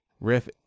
Riff